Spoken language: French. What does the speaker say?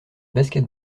basket